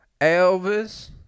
Elvis